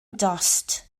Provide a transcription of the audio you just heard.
dost